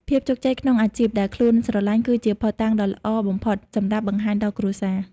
ភាពជោគជ័យក្នុងអាជីពដែលខ្លួនស្រលាញ់ គឺជាភស្តុតាងដ៏ល្អបំផុតសម្រាប់បង្ហាញដល់គ្រួសារ។